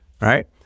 right